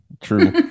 true